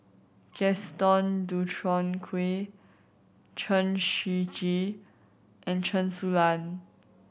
Gaston Dutronquoy Chen Shiji and Chen Su Lan